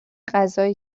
غذایی